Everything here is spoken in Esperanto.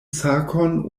sakon